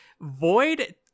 Void